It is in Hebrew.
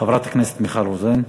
חברת הכנסת מיכל רוזין.